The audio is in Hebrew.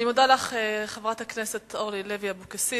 אני מודה לך, חברת הכנסת אורלי לוי אבקסיס.